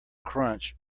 crunch